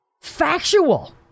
factual